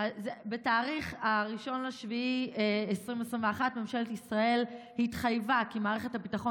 ב-1 ביולי 2021 ממשלת ישראל התחייבה כי מערכת הביטחון